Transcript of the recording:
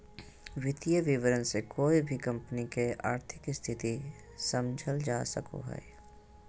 वित्तीय विवरण से कोय भी कम्पनी के आर्थिक स्थिति समझल जा सको हय